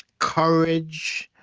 courage,